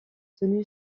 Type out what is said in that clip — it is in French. tenu